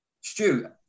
Stu